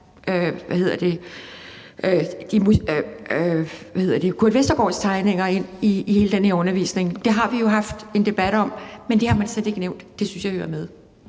at tage Kurt Westergaards tegninger ind i hele den her undervisning. Det har vi jo haft en debat om, men det har man slet ikke nævnt. Det synes jeg hører med.